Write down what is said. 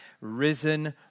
risen